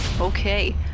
Okay